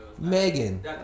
Megan